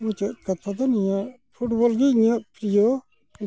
ᱢᱩᱪᱟᱹᱫ ᱠᱟᱛᱷᱟᱫᱚ ᱱᱤᱭᱟᱹ ᱯᱷᱩᱴᱵᱚᱞᱜᱮ ᱤᱧᱟᱹᱜ ᱯᱨᱤᱭᱚ